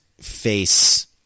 face